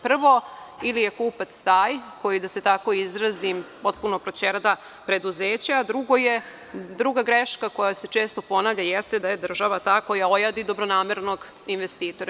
Prvo, ili je kupac taj koji, tako da se izrazim, potpuno proćerda preduzeće, a druga greška koja se često ponavlja jeste da je država ta koja ojadi dobronamernog investitora.